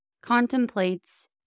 contemplates